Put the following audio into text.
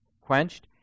quenched